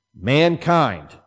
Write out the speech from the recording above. Mankind